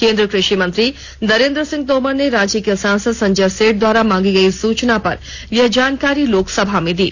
केंद्रीय क्रषि मंत्री नरेंद्र सिंह तोमर ने रांची के सांसद संजय सेठ द्वारा मांगी गई सूचना पर यह जानकारी लोकसभा में दी